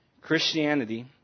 Christianity